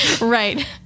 Right